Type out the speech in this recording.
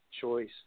Choice